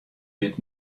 wit